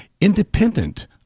independent